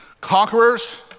Conquerors